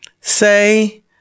say